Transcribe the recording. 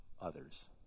others